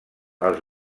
els